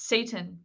Satan